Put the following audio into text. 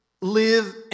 live